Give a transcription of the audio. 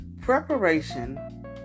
Preparation